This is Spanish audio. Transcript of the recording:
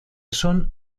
son